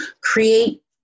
create